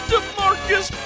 DeMarcus